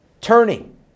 turning